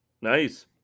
Nice